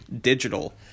digital